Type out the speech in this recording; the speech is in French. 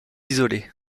isolé